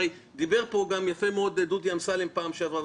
הרי דיבר פה גם יפה מאוד דודי אמסלם פעם שעברה